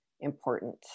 important